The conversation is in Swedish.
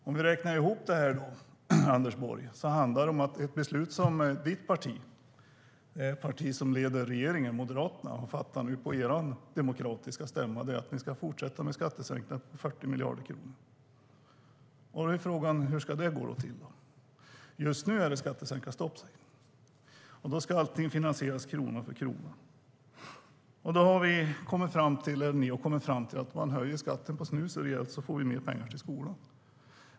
Om vi räknar ihop detta, Anders Borg, handlar det om ett beslut fattat på er demokratiska stämma om att ditt parti - Moderaterna, som leder regeringen - ska fortsätta med skattesänkningar på 40 miljarder kronor. Då är frågan: Hur ska det gå till? Just nu är det skattesänkarstopp, säger ni, och då ska allting finansieras krona för krona. Ni har kommit fram till att om man höjer skatten på snus rejält får vi mer pengar till skolan.